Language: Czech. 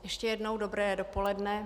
Ještě jednou dobré dopoledne.